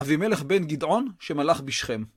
אבימלך בן גדעון שמלך בשכם